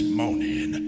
morning